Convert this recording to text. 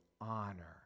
honor